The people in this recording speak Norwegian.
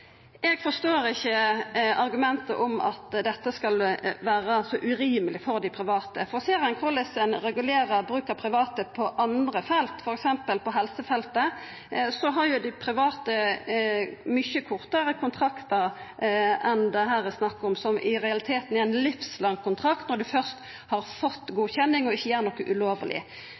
Eg forstår ikkje argumentet at dette skal vera så urimeleg for dei private. Ser ein korleis ein regulerer bruken av private på andre felt, f.eks. på helsefeltet, har jo dei private der meir kortvarige kontraktar enn det det her er snakk om, som i realiteten er ein livslang kontrakt når ein først har fått godkjenning og ikkje gjer noko ulovleg.